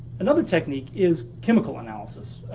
another technique is chemical analysis.